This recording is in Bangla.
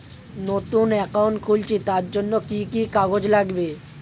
নতুন অ্যাকাউন্ট খুলছি তার জন্য কি কি কাগজ লাগবে?